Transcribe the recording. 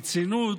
ברצינות,